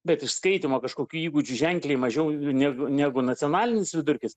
bet iš skaitymo kažkokių įgūdžių ženkliai mažiau negu negu nacionalinis vidurkis